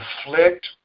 afflict